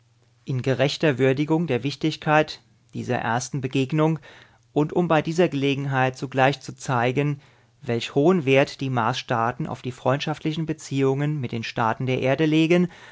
in gerechter würdigung der wichtigkeit dieser ersten begegnung und um bei dieser gelegenheit zugleich zu zeigen welch hohen wert die marsstaaten auf die freundschaftlichen beziehungen mit den staaten der erde legen